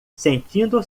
sentindo